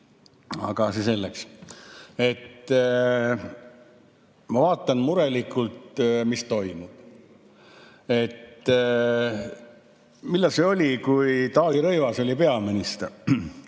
Aga see selleks. Ma vaatan murelikult, mis toimub. Millal see oli, kui Taavi Rõivas oli peaminister